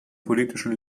politischen